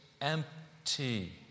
empty